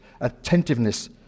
Attentiveness